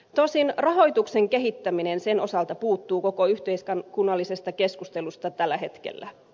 tosin rahoituksen kehittäminen sen osalta puuttuu koko yhteiskunnallisesta keskustelusta tällä hetkellä